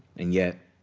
and yet,